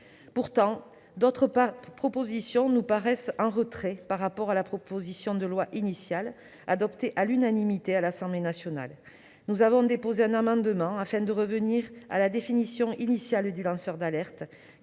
Pourtant, d'autres propositions nous paraissent en retrait par rapport à la proposition de loi initiale, adoptée à l'unanimité à l'Assemblée nationale. Nous avons ainsi déposé un amendement afin de revenir à la définition initiale du lanceur d'alerte,